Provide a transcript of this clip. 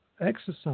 exercise